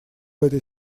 этой